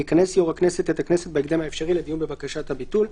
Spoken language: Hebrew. יכנס יושב ראש הכנסת את הכנסת בהקדם האפשרי לדיון בבקשת הביטול.